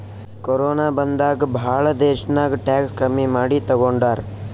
corona ಬಂದಾಗ್ ಭಾಳ ದೇಶ್ನಾಗ್ ಟ್ಯಾಕ್ಸ್ ಕಮ್ಮಿ ಮಾಡಿ ತಗೊಂಡಾರ್